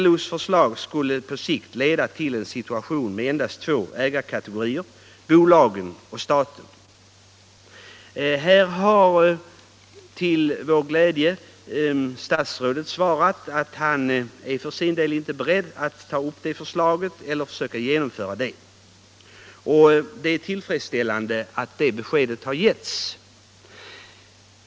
LO:s förslag skulle på sikt leda till en situation med endast två ägarkategorier: bolagen och staten. Till vår glädje har statsrådet sagt att han för sin del inte är beredd att ta upp det förslaget eller att försöka genomföra det. Det är tillfredsställande att det beskedet har getts.